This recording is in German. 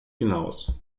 hinaus